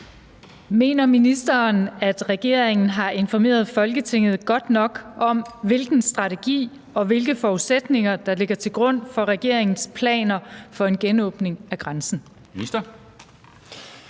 Mener ministeren, at regeringen har informeret Folketinget godt nok om, hvilken strategi og hvilke forudsætninger der ligger til grund for regeringens planer for en genåbning af grænsen?